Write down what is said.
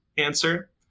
answer